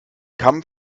kamm